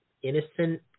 innocent